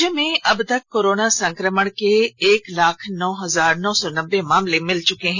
राज्य में अबतक कोरोना संक्रमण के एक लाख नौ हजार नौ सौ नब्बे मामले मिल चुके हैं